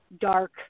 dark